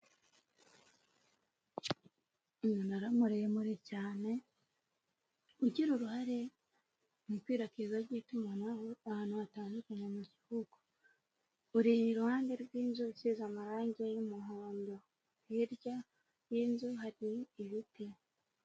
Umunara muremure cyane ugira uruhare mu ikwirakwizwa ry'itumanaho ahantu hatandukanye mu gihugu. Uri iruhande rw'inzu isize amarange y'umuhondo. Hirya y'inzu hari ibiti.